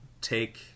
take